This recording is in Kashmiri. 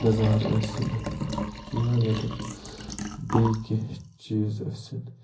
نَظار ٲسِن یا ییٚتیُک بیٚیہِ کیٚنہہ چیٖز ٲسِن